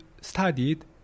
studied